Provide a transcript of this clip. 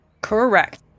Correct